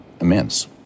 immense